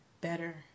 better